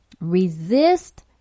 resist